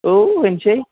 औ होनोसै